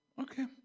Okay